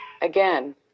again